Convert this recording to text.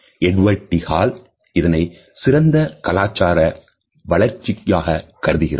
Edward T Hall இதனை சிறந்த கலாசார வளர்ச்சிக்கு கருதுகிறார்